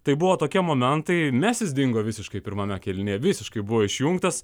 tai buvo tokie momentai mesis dingo visiškai pirmame kėlinyje visiškai buvo išjungtas